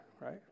right